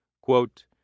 Quote